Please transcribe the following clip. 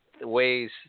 ways